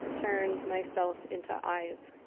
turn myself into eyes.